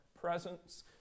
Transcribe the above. presence